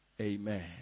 Amen